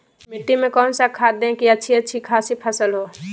मिट्टी में कौन सा खाद दे की अच्छी अच्छी खासी फसल हो?